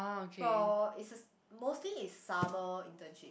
for it's a mostly it's summer internship